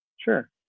Sure